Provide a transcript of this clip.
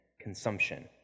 consumption